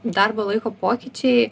darbo laiko pokyčiai